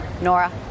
Nora